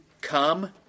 come